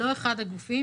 לא אחד הגופים.